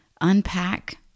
unpack